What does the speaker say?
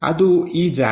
ಅದು ಈ ಜಾಗ